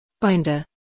Binder